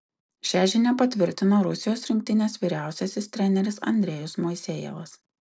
šią žinią patvirtino rusijos rinktinės vyriausiasis treneris andrejus moisejevas